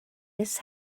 miss